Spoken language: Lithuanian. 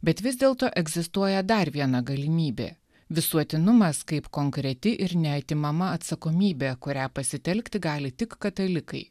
bet vis dėlto egzistuoja dar viena galimybė visuotinumas kaip konkreti ir neatimama atsakomybė kurią pasitelkti gali tik katalikai